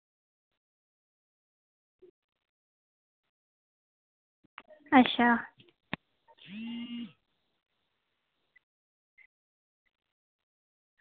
अच्छा